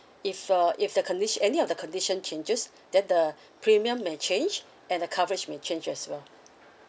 if uh if the conditio~ any of the condition changes then the premium may change and the coverage may change as well